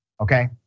okay